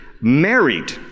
married